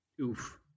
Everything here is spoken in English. Oof